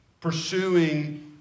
pursuing